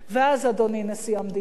ואז, אדוני נשיא המדינה,